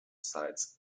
sites